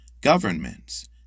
governments